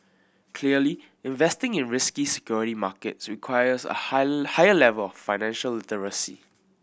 clearly investing in risky security markets requires a high higher level of financial literacy